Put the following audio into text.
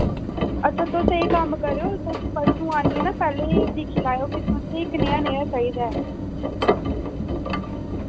अच्छा तुस एह् कम्म करेओ तुस परसू आह्नियै ना पैह्लें दिक्खी लैओ कि तुसें कनेह्य नेहा चाहिदा ऐ